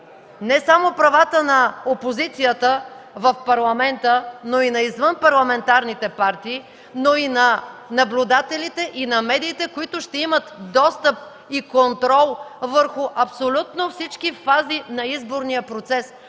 не само правата на опозицията в Парламента, но и на извънпарламентарните партии, но и на наблюдателите и медиите, които ще имат достъп и контрол върху абсолютно всички фази на изборния процес.